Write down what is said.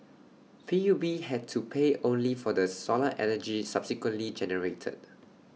P U B had to pay only for the solar energy subsequently generated